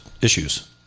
issues